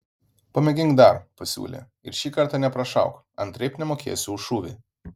pamėgink dar pasiūlė ir šį kartą neprašauk antraip nemokėsiu už šūvį